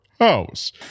house